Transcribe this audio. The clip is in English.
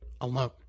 alone